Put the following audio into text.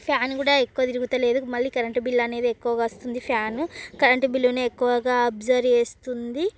fan గూడా ఎక్కువ తిరుగుతలేదు మళ్ళీ కరెంటు బిల్ అనేది ఎక్కువ వస్తుంది ఫ్యాను కరెంటు బిల్లుని ఎక్కువ అబ్సర్బ్ చేస్తుంది